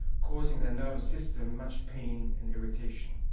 causing their nervous system much pain and irritation.